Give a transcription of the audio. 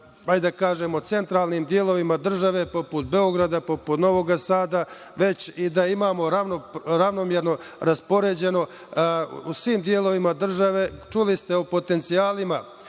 da kažemo, centrlanim delovima države poput Beograda, poput Novog Sada, već da imamo ravnomerno raspoređeno u svim delovima države. Čuli ste o potencijalima